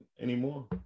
anymore